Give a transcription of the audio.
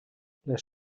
les